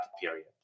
period